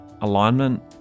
alignment